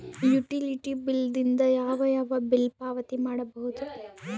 Utility bill ದಿಂದ ಯಾವ ಯಾವ ಬಿಲ್ ಪಾವತಿ ಮಾಡಬಹುದು?